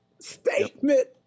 statement